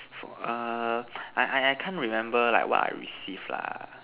for err I I can't remember like what I receive lah